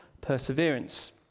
perseverance